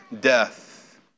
death